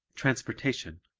transportation